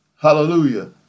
Hallelujah